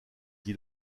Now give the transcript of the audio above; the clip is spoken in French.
dit